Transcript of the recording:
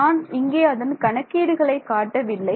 நான் இங்கே அதன் கணக்கீடுகளை காட்டவில்லை